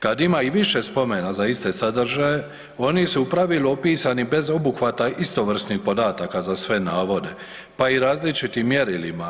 Kada ima i više spomena za iste sadržaje, oni su u pravilu opisani bez obuhvata istovrsnih podataka za sve navode, pa i različitim mjerilima.